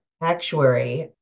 actuary